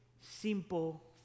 simple